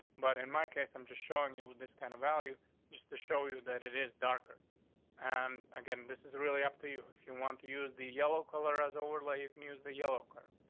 but in my case, i'm just showing you with this kind of value just to show you that it is darker on and again. this is really up to you. if you want to use the yellow color as over like you can use the yellow card.